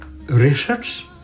research